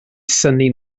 synnu